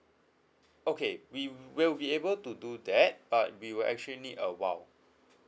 okay we will be able to do that but we were actually need awhile